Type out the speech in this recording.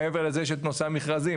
מעבר לזה יש את נושא המכרזים,